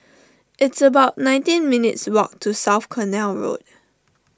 it's about nineteen minutes' walk to South Canal Road